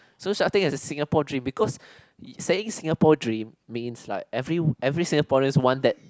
so should I think it's a Singapore dream because saying Singapore dream means like every every Singaporeans want that